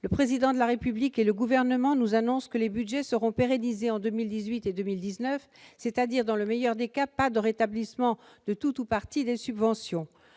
Le Président de la République et le Gouvernement nous annoncent que les budgets seront pérennisés en 2018 et en 2019. Cela signifie qu'il n'y aura pas rétablissement de tout ou partie des subventions